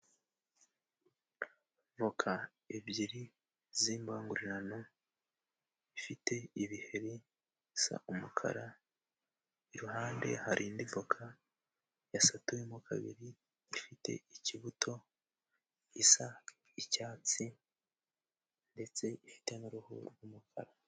Voka ebyiri z'imbangurirano zifite ibiheri bisa umukara .Iruhande hari indi voka yasatuwemo kabiri ifite ikibuto isa icyatsi ndetse ifite n'uruhu rw'umukara.